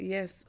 Yes